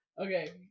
Okay